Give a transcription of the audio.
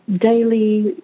daily